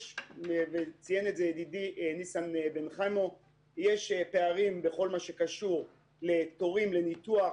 ציין ידידי ניסן בן חמו שיש פערים בכל מה שקשור לתורים לניתוח,